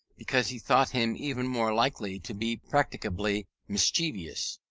because he thought him even more likely to be practically mischievous.